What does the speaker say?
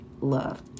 love